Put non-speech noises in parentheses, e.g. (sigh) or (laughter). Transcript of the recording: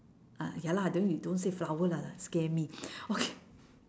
uh ya lah then you don't say flower lah lah scare me (laughs) okay